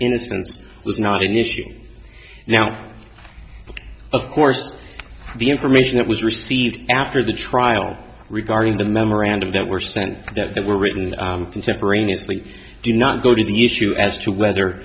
innocence is not initiating now of course the information that was received after the trial regarding the memorandum that were sent that were written contemporaneously do not go to the issue as to whether